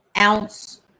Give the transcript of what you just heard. ounce